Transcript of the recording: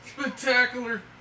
Spectacular